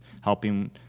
helping